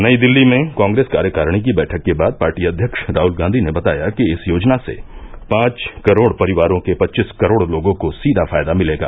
नई दिल्ली में कांग्रेस कार्यकारिणी की बैठक के बाद पार्टी अध्यक्ष राहल गांधी ने बताया कि इस योजना से पांच करोड़ परिवारों के पच्चीस करोड़ लोगों को सीधा फायदा मिलेगा